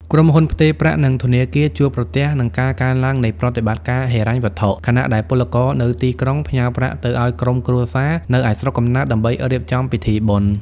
ក្រុមហ៊ុនផ្ទេរប្រាក់ និងធនាគារជួបប្រទះនឹងការកើនឡើងនៃប្រតិបត្តិការហិរញ្ញវត្ថុ ខណៈដែលពលករនៅទីក្រុងផ្ញើប្រាក់ទៅឱ្យក្រុមគ្រួសារនៅឯស្រុកកំណើតដើម្បីរៀបចំពិធីបុណ្យ។